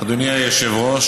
אדוני היושב-ראש,